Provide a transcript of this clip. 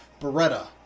Beretta